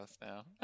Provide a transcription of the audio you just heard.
now